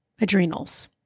adrenals